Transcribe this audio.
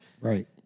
right